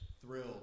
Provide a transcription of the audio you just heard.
thrilled